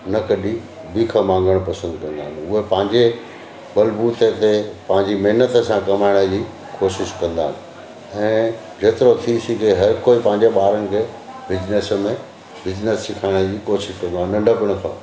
न कॾहिं बीख मांगण पसंदि कंदा आहिनि उहे पंहिंजे बलबूते ते पंहिंजी महिनत सां कमाइण जी कोशिशि कंदा आहिनि ऐं जेतिरो थी सघे हर कोई पंहिंजे ॿारनि खे बिज़नेस में बिज़नेस सिखाइण जी कोशिशि कंदो आहे नंढिपण खां